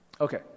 Okay